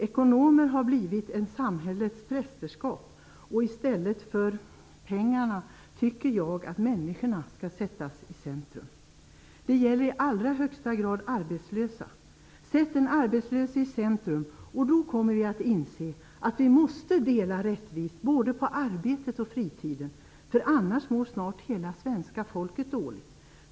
Ekonomer har blivit ett samhällets prästerskap. Jag tycker att människorna i stället för pengarna skall sättas i centrum. Detta gäller i allra högsta grad arbetslösa. Sätt den arbetslöse i centrum! Då kommer vi att inse att vi måste dela rättvist, både på arbetet och på fritiden. Annars mår snart hela svenska folket dåligt.